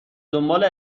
دنبال